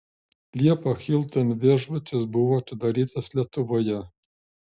liepą hilton viešbutis buvo atidarytas lietuvoje